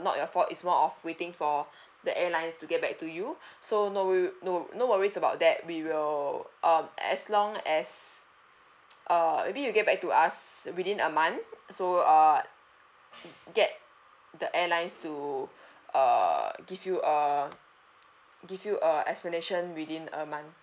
not your fault it's more of waiting for the airlines to get back to you so no wo~ no no worries about that we will um as long as err maybe you get back to us within a month so uh get the airlines to err give you a give you a explanation within a month